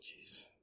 jeez